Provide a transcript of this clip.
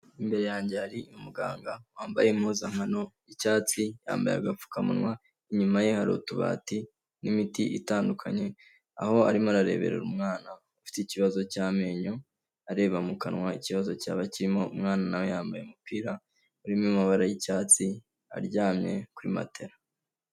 Imbere yanjye hari umuganga wambaye impuzankano y'icyatsi, yambaye agapfukamunwa, inyuma ye hari utubati n'imiti itandukanye, aho arimo arareberera umwana ufite ikibazo cy'amenyo, areba mu kanwa ikibazo cyaba kirimo, umwana na we yambaye umupira urimo amabara y'icyatsi, aryamye kuri matera.